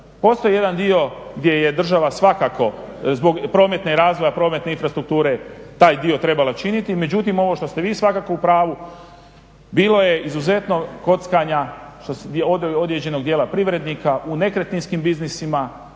Postoji jedan dio gdje je država svakako zbog razvoja prometne infrastrukture taj dio trebala činiti međutim ono što ste vi svakako u pravu bilo je izuzetnog kockanja određenog dijela privatnika u nekretninskim biznisima